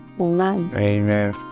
Amen